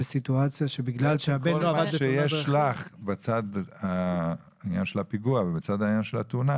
מה שיש לך בצד של הפיגוע ובצד תאונת הדרכים,